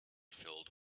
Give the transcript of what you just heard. filled